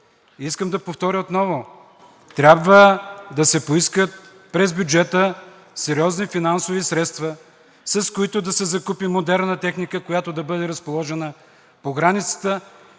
искам да повторя отново: трябва да се поискат през бюджета сериозни финансови средства, с които да се закупи модерна техника, която да бъде разположена по границата,